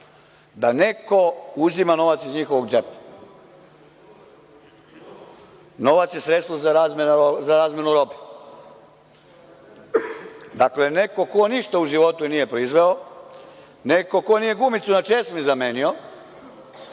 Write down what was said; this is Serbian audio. da neko uzima novac iz njihovog džepa. Novac je sredstvo za razmenu robe. Dakle, neko ko ništa u životu nije proizveo, neko ko nije gumicu na česmi zamenio,